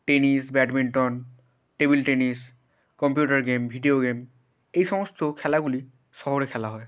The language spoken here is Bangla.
tennis badminton table tennis computer game video game এই সমস্ত খেলাগুলি শহরে খেলা হয়